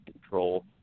control